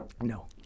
No